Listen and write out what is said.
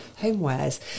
homewares